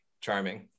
charming